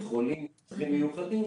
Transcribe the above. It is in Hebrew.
חולים עם צרכים מיוחדים,